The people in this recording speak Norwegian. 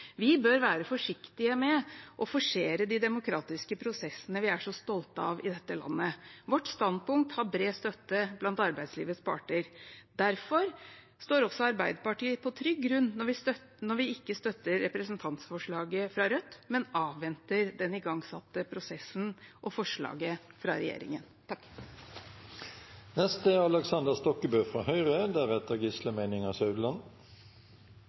Vi bør være forsiktige med å forsere de demokratiske prosessene vi er så stolte av i dette landet. Vårt standpunkt har bred støtte blant arbeidslivets parter. Derfor står også Arbeiderpartiet på trygg grunn når vi ikke støtter representantforslaget fra Rødt, men avventer den igangsatte prosessen og forslaget fra regjeringen.